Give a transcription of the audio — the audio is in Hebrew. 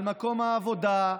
על מקום העבודה,